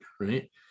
right